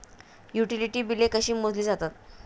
Utility बिले कशी मोजली जातात?